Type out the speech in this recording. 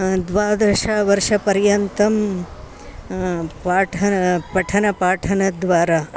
द्वादशवर्षपर्यन्तं पाठनं पठनपाठनद्वारा